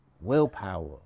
willpower